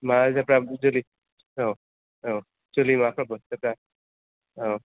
मा जायफ्रा जोलै औ औ जोलै माबाग्राफ्रा औ